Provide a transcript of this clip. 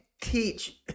teach